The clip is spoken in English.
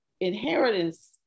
inheritance